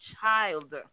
child